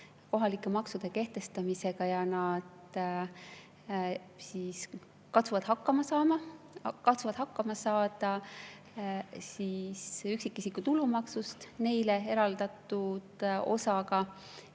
kohalike maksude kehtestamisega. Nad katsuvad hakkama saada üksikisiku tulumaksust neile eraldatud osaga